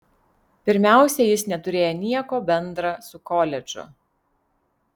pirmiausia jis neturėjo nieko bendra su koledžu